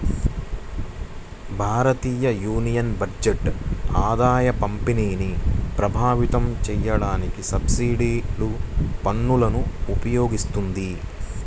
భారతయూనియన్ బడ్జెట్ ఆదాయపంపిణీని ప్రభావితం చేయడానికి సబ్సిడీలు, పన్నులను ఉపయోగిత్తది